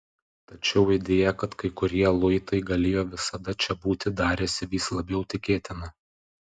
tačiau idėja kad kai kurie luitai galėjo visada čia būti darėsi vis labiau tikėtina